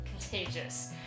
contagious